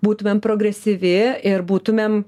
būtumėm progresyvi ir būtumėm